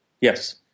yes